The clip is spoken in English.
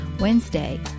Wednesday